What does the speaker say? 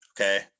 okay